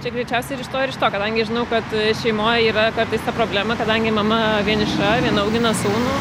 čia greičiausiai ir iš to ir iš to kadangi žinau kad šeimoj yra kartais ta problema kadangi mama vieniša viena augina sūnų